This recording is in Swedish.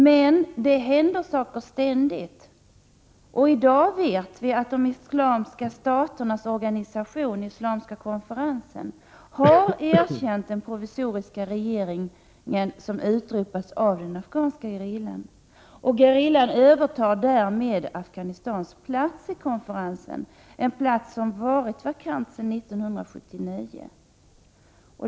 Men det händer saker ständigt, och i dag vet vi att de islamska staternas organisation, Islamska konferensen, har erkänt den provisoriska regering som har utropats av den afghanska gerillan. Gerillan övertar därmed Afghanistans plats i konferensen, en plats som varit vakant sedan 1979.